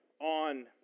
on